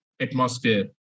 atmosphere